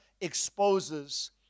exposes